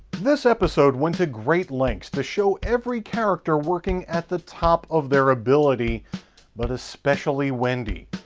this episode went to great lengths to show every character working at the top of their ability but especially wendy.